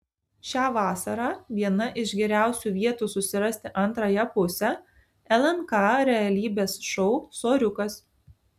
šią vasarą viena iš geriausių vietų susirasti antrąją pusę lnk realybės šou soriukas